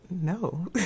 no